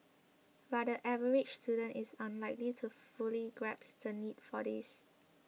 but the average student is unlikely to fully grasp the need for this